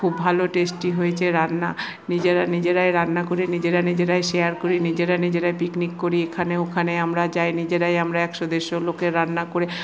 খুব ভালো টেস্টি হয়েছে রান্না নিজেরা নিজেরাই রান্না করে নিজেরা নিজেরাই শেয়ার করি নিজেরা নিজেরা পিকনিক করি এখানে ওখানে আমরা যাই নিজেরাই আমারা একশো দেড়শো লোকের রান্না করে